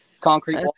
concrete